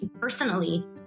personally